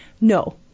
no